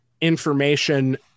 information